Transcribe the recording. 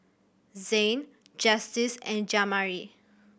Zain Justice and Jamari